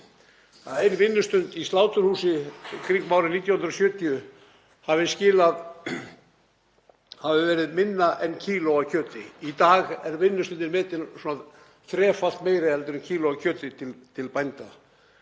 ein vinnustund í sláturhúsi í kringum árið 1970 hafi verið metin á minna en kíló af kjöti. Í dag er vinnustundin metin þrefalt meiri en kíló af kjöti til bænda.